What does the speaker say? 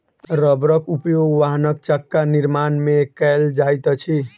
रबड़क उपयोग वाहनक चक्का निर्माण में कयल जाइत अछि